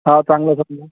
हां चांगलं आहे चांगलं आहे